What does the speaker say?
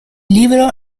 libro